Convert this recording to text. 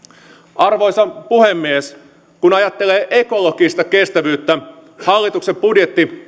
arvoisa puhemies kun ajattelee ekologista kestävyyttä hallituksen budjetti